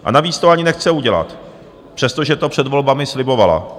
A navíc to ani nechce udělat, přestože to před volbami slibovala.